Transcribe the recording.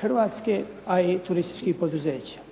Hrvatske, a i turističkih poduzeća.